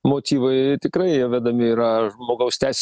motyvai tikrai jie vedami yra žmogaus teise